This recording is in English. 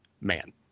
man